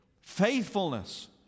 Faithfulness